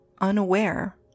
unaware